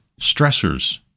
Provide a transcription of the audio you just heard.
stressors